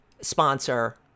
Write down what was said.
sponsor